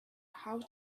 how